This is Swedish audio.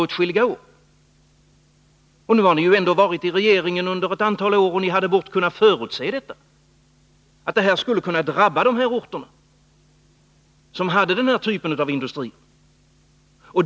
Ni har nu suttit i regeringen under ett antal år, och ni hade gott kunnat förutse att detta skulle kunna drabba de orter som har denna typ av industri.